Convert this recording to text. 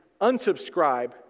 unsubscribe